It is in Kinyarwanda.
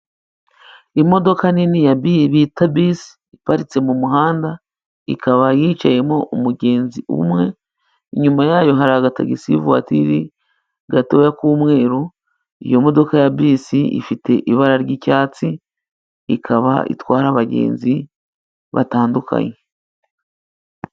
Imodoka nini ya bisi bita bisi iparitse mu muhanda, ikaba yicayemo umugenzi umwe, inyuma yayo hari agatagisi vuwatiri gatoya k'umweru, iyo modoka ya bisi ifite ibara ry'icyatsi ikaba itwara abagenzi batandukanye.